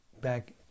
back